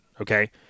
okay